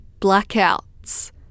blackouts